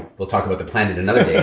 we'll talk about the plant another day.